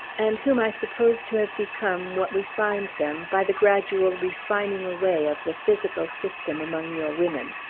and whom i suppose to have become what we find them by the gradual refining away of the physical system among your women.